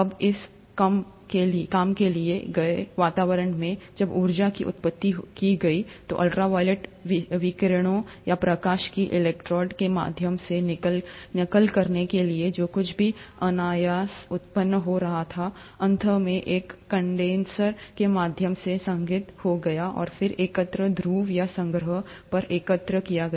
अब इस कम किए गए वातावरण में जब ऊर्जा की आपूर्ति की गई थी अल्ट्रा वायलेट विकिरणों या प्रकाश की इलेक्ट्रोड के माध्यम से नकल करने के लिए जो कुछ भी अनायास उत्पन्न हो रहा था अंत में एक कंडेनसर के माध्यम से संघनित हो गया और फिर एकत्रित ध्रुव या संग्रह पर एकत्र किया गया